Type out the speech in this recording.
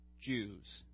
Jews